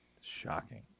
Shocking